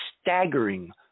staggering